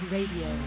Radio